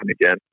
again